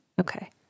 Okay